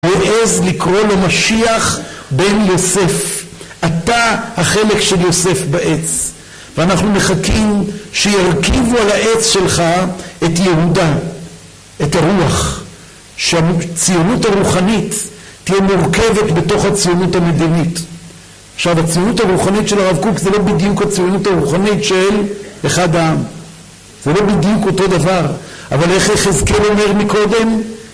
הוא העז לקרוא למשיח בן יוסף, אתה החלק של יוסף בעץ ואנחנו מחכים שירכיבו על העץ שלך את יהודה, את הרוח שהציונות הרוחנית תהיה מורכבת בתוך הציונות המדינית, עכשיו הציונות הרוחנית של הרב קוק זה לא בדיוק הציונות הרוחנית של אחד העם, זה לא בדיוק אותו דבר, אבל איך יחזקאל אומר מקודם